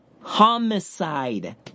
homicide